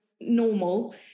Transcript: normal